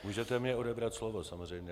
Můžete mi odebrat slovo samozřejmě.